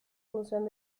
función